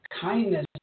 kindness